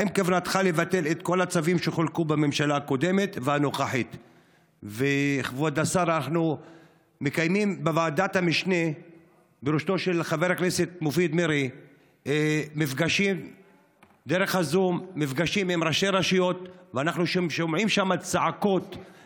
2. האם בכוונתך לבטל את כל הצווים שחולקו בממשלה הקודמת והנוכחית?